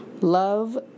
love